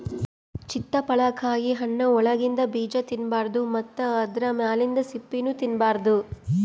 ಚಿತ್ತಪಳಕಾಯಿ ಹಣ್ಣ್ ಒಳಗಿಂದ ಬೀಜಾ ತಿನ್ನಬಾರ್ದು ಮತ್ತ್ ಆದ್ರ ಮ್ಯಾಲಿಂದ್ ಸಿಪ್ಪಿನೂ ತಿನ್ನಬಾರ್ದು